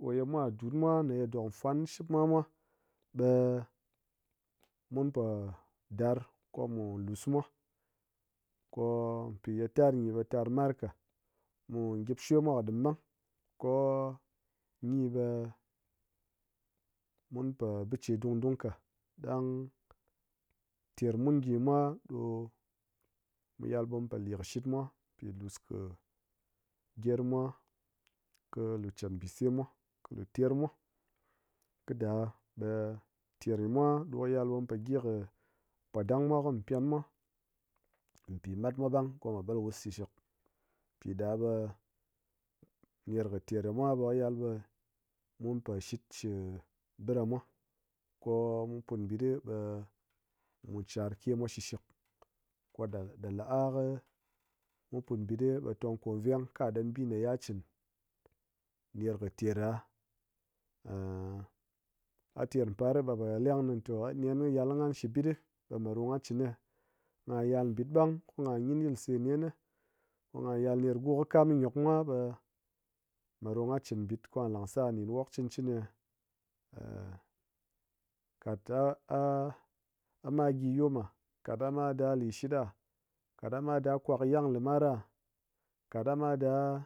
Koye mwa dun fwan shipmwa mwa ɓe mun po dar komu lusmwa, ko-o pi ye tar gyi ɓe tar mar ka, mu gyip shwe mwa kɨ ɗim ɓang, ko-o gyi ɓe-e mun po biche dung dung ka, ɗang ter mun gyi ngyi mwa ɗo mu yal ɓe mupo lishit mwa pi lus kɨ gyermwa kɨ lu chat mbisemwa kɨ lu termwa, kɨɗa ɓe ɗin ter gyi mwa ɗo mu ya mupo gyi kɨ podangmwa kɨ mu pyen mwa pi matmwa ɓang kɨmwa ɓalwus shishik piɗaɓe ner kɨ ter gyimwa ɓe kɨ yal ɓe mun po shit kɨ ɓɨɗamwa ko-o mu put mbitɗi be mu charkemwa shishik ɗa la'a ko mu put mbitɗi ɓe tong ko veng ka ɗan bi ye ha chin ner kɨ ter ɗa ha ter par ɓe ha po leng kɨni te nen kɨ hal kɨ nghan shi bitɗi ɓe meɗo ngha yal ngha chine? Han yal mbitɗi, ha yal ɗin go kɨ kam kɨ gyokmwa ɓe me ɗo ngha chin mbit ka lansar ɗin wok chɨn chɨni ye, kat ha ma gyi yom ma, kat ha ma da lishitɗa, kat ha ma da kwakyang limar ra, kat ha ma da